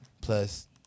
plus